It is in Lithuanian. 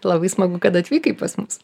labai smagu kad atvykai pas mus